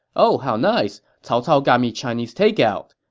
oh, how nice, cao cao got me chinese takeout.